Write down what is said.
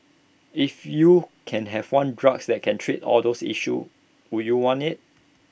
if you can have one drugs that can treat all those issues would you want IT